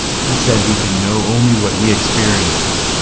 he said we can know only what we experience.